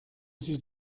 sie